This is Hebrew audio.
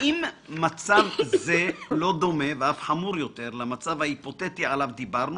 האם מצב זה לא דומה ואף חמור יותר למצב ההיפותטי עליו דיברנו,